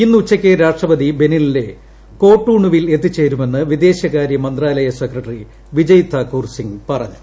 ഇന്ന് ഉച്ചയ്ക്ക് രാഷ്ട്രപതി ബെനിനിച്ചെ കോട്ടോണുവിൽ എത്തിച്ചേരുമെന്ന് വിദേശകാര്യ മന്ത്രാലയ സെക്രട്ടറി വിജയ് താക്കൂർ സിങ് പറഞ്ഞു